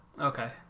Okay